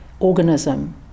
organism